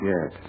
Yes